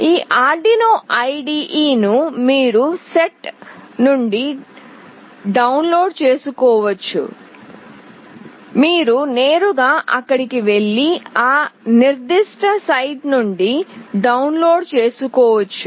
ఈ Arduino I D E ను వారి సైట్ నుండి డౌన్లోడ్ చేసుకోవచ్చు మీరు నేరుగా అక్కడికి వెళ్లి ఆ నిర్దిష్ట సైట్ నుండి డౌన్లోడ్ చేసుకోవచ్చు